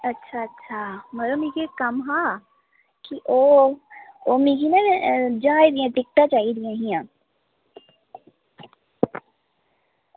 अच्छा अच्छा मड़ो मिगी इक्क कम्म हा की ओह् ओह् मिगी ना ज्हाज दियां टिकटां चाही दियां हियां